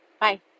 Bye